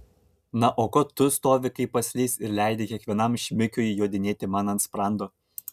na o ko tu stovi kaip baslys ir leidi kiekvienam šmikiui jodinėti man ant sprando